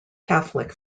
catholic